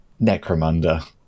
Necromunda